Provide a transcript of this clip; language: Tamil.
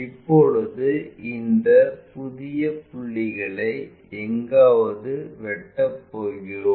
இப்போது இந்த புதிய புள்ளிகளை எங்காவது வெட்டப் போகிறது